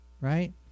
right